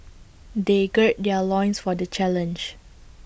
they gird their loins for the challenge